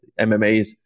MMAs